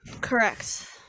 correct